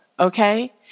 Okay